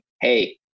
hey